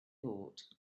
thought